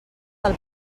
del